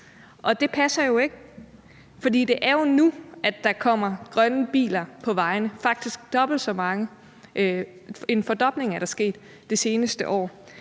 nu. Det passer jo ikke. For det er jo nu, der kommer grønne biler på vejene; der er faktisk sket en fordobling det seneste år.